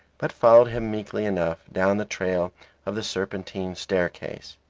but followed him meekly enough down the trail of the serpentine staircase.